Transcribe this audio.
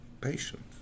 patience